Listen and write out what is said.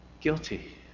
guilty